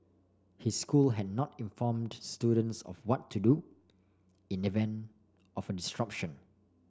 his school had not informed students of what to do in event of distraction